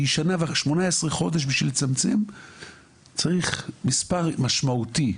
כי 18 חודשים בשביל לצמצם צריך מספר משמעותי.